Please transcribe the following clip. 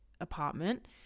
apartment